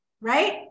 right